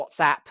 WhatsApp